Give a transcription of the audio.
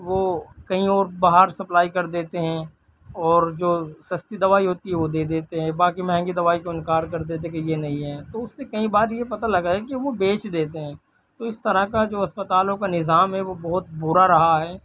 وہ کہیں اور باہر سپلائی کر دیتے ہیں اور جو سستی دوائی ہوتی ہے وہ دے دیتے ہیں باقی مہنگی دوائی کو انکار کر دیتے ہیں کہ یہ نہیں ہے تو اس سے کئی بار یہ پتا لگا ہے کہ وہ بیچ دیتے ہیں تو اس طرح کا جو اسپتالوں کا جو نظام ہے وہ بہت برا رہا ہے